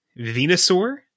Venusaur